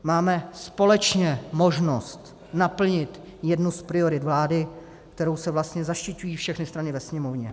Máme společně možnost naplnit jednu z priorit vlády, kterou se vlastně zaštiťují všechny strany ve Sněmovně.